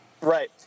Right